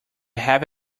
have